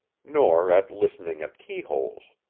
nor at listening at keyholes.